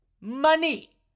Money